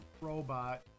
Robot